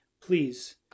Please